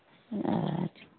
अच्छे